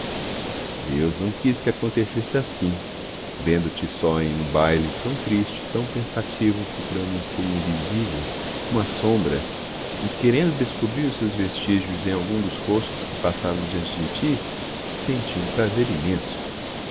deus não quis que acontecesse assim vendo te só em um baile tão triste tão pensativo procurando um ser invisível uma sombra e querendo descobrir os seus vestígios em algum dos rostos que passavam diante de ti senti um prazer imenso